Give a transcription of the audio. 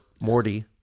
Morty